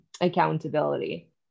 accountability